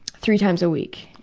three times a week.